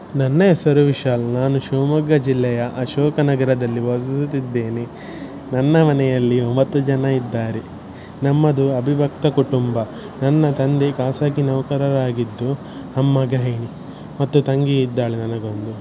ನನ್ನ ಹೆಸರು ವಿಶಾಲ್ ನಾನು ಶಿವಮೊಗ್ಗ ಜಿಲ್ಲೆಯ ಅಶೋಕ ನಗರದಲ್ಲಿ ವಾಸಿಸುತ್ತಿದ್ದೇನೆ ನನ್ನ ಮನೆಯಲ್ಲಿ ಒಂಬತ್ತು ಜನ ಇದ್ದಾರೆ ನಮ್ಮದು ಅವಿಭಕ್ತ ಕುಟುಂಬ ನನ್ನ ತಂದೆ ಖಾಸಗಿ ನೌಕರರಾಗಿದ್ದು ಅಮ್ಮ ಗೃಹಿಣಿ ಮತ್ತು ತಂಗಿ ಇದ್ದಾಳೆ ನನಗೊಂದು